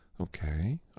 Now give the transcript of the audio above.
Okay